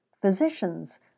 Physicians